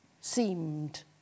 seemed